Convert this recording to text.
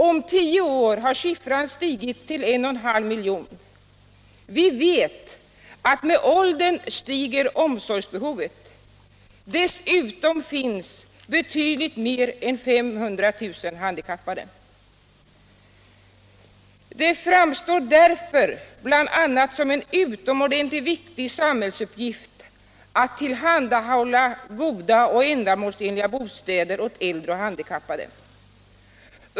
Om tio år har siffran stigit till en och en halv miljon. Vi vet att med åldern stiger omsorgsbehovet. Dessutom finns betydligt mer än 500 000 handikappade. Därför framstår det som en utomordentligt viktig samhällsuppgift att tillhandahålla goda och ändamålsenliga bostäder åt äldre och handikappade.